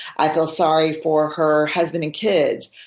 i feel sorry for her husband and kids.